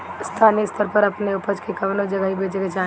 स्थानीय स्तर पर अपने ऊपज के कवने जगही बेचे के चाही?